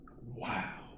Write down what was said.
Wow